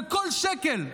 וכל שקל,